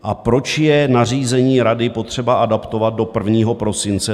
A proč je nařízení Rady potřeba adaptovat do prvního prosince 2022?